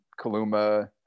Kaluma